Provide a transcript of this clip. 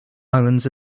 lands